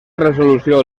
resolució